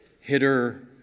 hitter